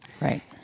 Right